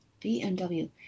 BMW